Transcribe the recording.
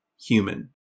human